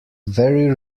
very